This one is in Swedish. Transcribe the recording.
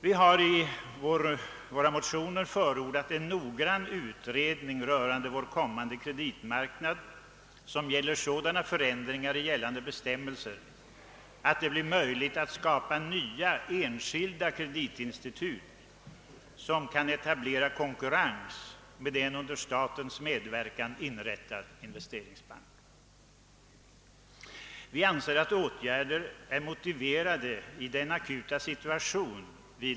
Vi har i våra motioner förordat en noggrann utredning rörande vår kommande kreditmarknad, en utredning om de förändringar av gällande bestämmelser som skulle göra det möjligt att skapa nya enskilda kreditinstitut, vilka kan etablera konkurrens med en under statens medverkan inrättad investeringsbank. Vi anser att åtgärder är motiverade i dagens akuta situation.